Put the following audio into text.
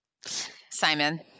Simon